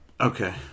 Okay